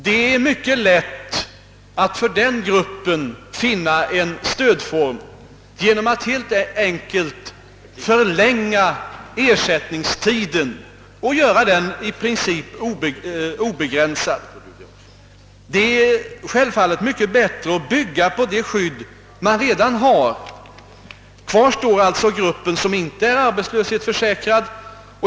Man kan åstadkomma en stödform för denna grupp genom att helt enkelt förlänga ersättningstiden till att bli i princip obegränsad, Det är självfallet mycket bättre att bygga på det skydd som redan finns. Kvar står sedan den grupp som inte är arbetslöshetsförsäkrad.